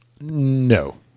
no